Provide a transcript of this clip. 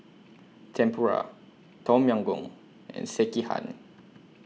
Tempura Tom Yam Goong and Sekihan